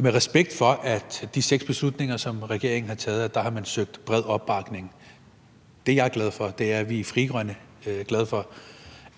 regeringen i forhold til de seks beslutninger, man har taget her, har søgt bred opbakning. Det er jeg glad for, og det er vi i Frie Grønne glade for